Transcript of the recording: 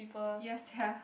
ya sia